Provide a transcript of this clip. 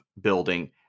building